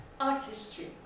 artistry